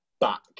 back